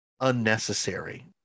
unnecessary